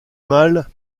mal